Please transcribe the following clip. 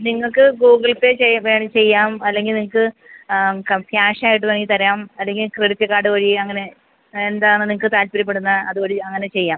നിങ്ങൾക്ക് Google Pay ചെയ്യാം വേണേ ചെയ്യാം അല്ലെങ്കിൽ നിങ്ങൾക്ക് ക്യാഷ് ആയിട്ട് വേണേ തരാം അല്ലെങ്കിൽ ക്രെഡിറ്റ് കാർഡ് വഴി അങ്ങനെ എന്താണ് നിങ്ങൾക്ക് താല്പര്യപ്പെടുന്നത് അത് വഴി അങ്ങനെ ചെയ്യാം